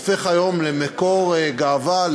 הופך היום למקור גאווה,